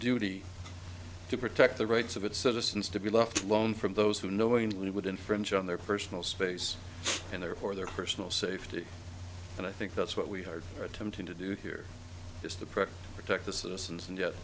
duty to protect the rights of its citizens to be left alone from those who knowingly would infringe on their personal space and therefore their personal safety and i think that's what we are attempting to do here is the press protect the citizens and yet